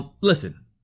listen